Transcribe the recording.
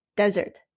desert